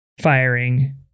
firing